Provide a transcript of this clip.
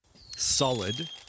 solid